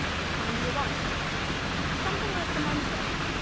what kind do you want something like the mumfords.